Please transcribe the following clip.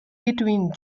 between